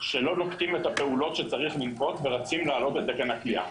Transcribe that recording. שלא נוקטים את הפעולות שצריך לנקוט ורצים להעלות את תקן הכליאה.